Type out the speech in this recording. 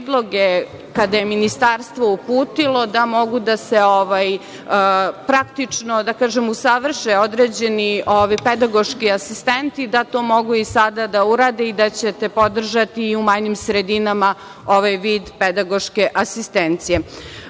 kada je Ministarstvo uputilo, da mogu da se praktično usavrše određeni pedagoški asistenti, da to mogu i sada da urade i da ćete podržati i u manjim sredinama ovaj vid pedagoške asistencije. Takođe,